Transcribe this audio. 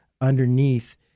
underneath